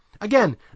again